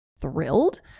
thrilled